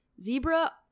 zebra